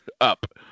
up